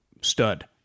stud